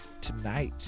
tonight